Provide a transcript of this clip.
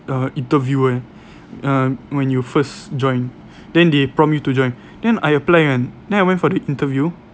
uh interview eh um when you first join then they prompt you to join then I apply kan then I went for the interview